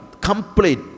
complete